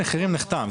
צו המחירים נחתם.